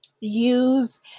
Use